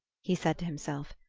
he said to himself,